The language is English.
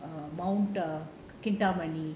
err mount kintamani